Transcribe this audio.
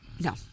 No